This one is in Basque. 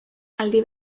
aldi